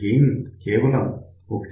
gain కేవలం 1